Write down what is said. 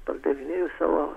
pardavinėju savo